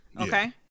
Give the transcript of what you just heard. Okay